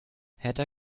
hertha